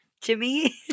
Jimmy